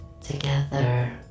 Together